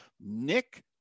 Nick